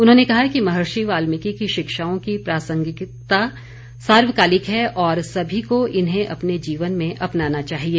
उन्होंने कहा कि महर्षि वाल्मिकी की शिक्षाओं की प्रासंगिकता सार्वकालिक है और सभी को इन्हें अपने जीवन में अपनाना चाहिए